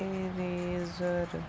eraser